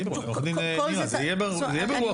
עו"ד נירה, זה יהיה ברוח הדבר הזה.